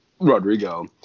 Rodrigo